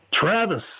Travis